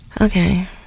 Okay